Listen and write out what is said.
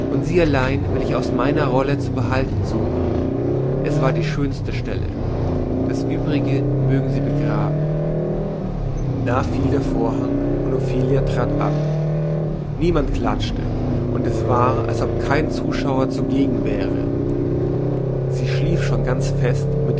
und sie allein will ich aus meiner rolle zu behalten suchen es war die schönste stelle das uebrige mögen sie begraben da fiel der vorhang und ophelia trat ab niemand klatschte und es war als ob kein zuschauer zugegen wäre sie schlief schon ganz fest